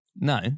No